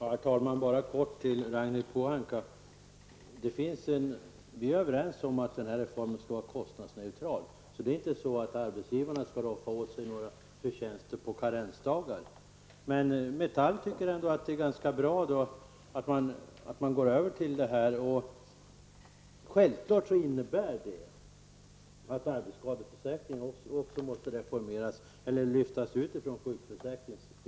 Herr talman! Bara en kort replik till Ragnhild Pohanka. Vi är överens om att denna reform skall vara kostnadsneutral. Arbetsgivarna skall inte roffa åt sig några förtjänster på karensdagar. Man tycker ändå inom Metall att det är ganska bra med övergången till den nya ordningen. Självfallet innebär detta också att arbetsskadeförsäkringen måste lyftas ut ur sjukförsäkringen.